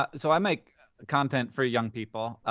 and so i make content for young people.